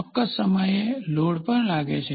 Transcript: ચોક્કસ સમયે લોડ પણ લાગે છે